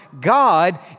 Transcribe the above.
God